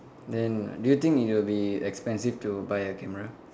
then do you think it will be expensive to buy a camera